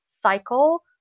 cycle